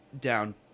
down